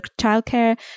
childcare